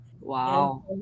Wow